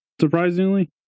surprisingly